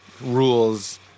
rules